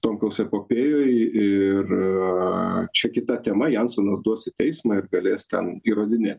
tomkaus epopėjoj ir čia kita tema jansonas duos į teismą ir galės ten įrodinė